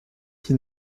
qui